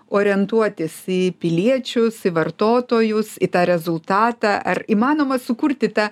orientuotis į piliečius į vartotojus į tą rezultatą ar įmanoma sukurti tą